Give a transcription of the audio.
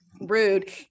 rude